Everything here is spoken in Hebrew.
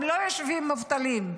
הם לא יושבים מובטלים.